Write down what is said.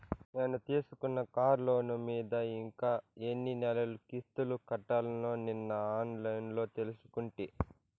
నేను తీసుకున్న కార్లోను మీద ఇంకా ఎన్ని నెలలు కిస్తులు కట్టాల్నో నిన్న ఆన్లైన్లో తెలుసుకుంటి